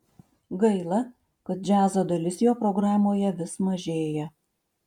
gaila kad džiazo dalis jo programoje vis mažėja